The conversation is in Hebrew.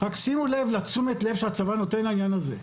שימו לב לתשומת לב שהצבא נותן לעניין הזה.